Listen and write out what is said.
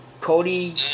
Cody